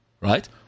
right